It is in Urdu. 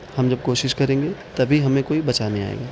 ہم جب کوشش کریں گے تبھی ہمیں کوئی بچانے آئے گا